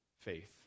faith